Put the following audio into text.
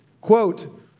Quote